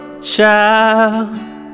child